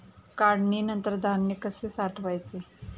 काढणीनंतर धान्य कसे साठवायचे?